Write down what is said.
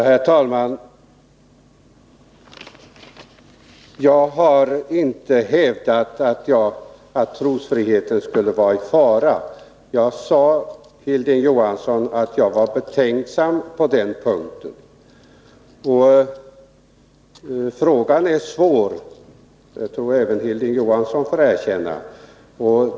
Herr talman! Jag har inte hävdat att trosfriheten skulle vara i fara, utan jag sade att jag var betänksam på den punkten. Frågan är svår, det tror jag att även Hilding Johansson måste erkänna.